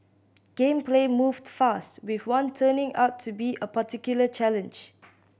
game play moved fast with one turning out to be a particular challenge